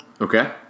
Okay